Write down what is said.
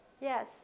Yes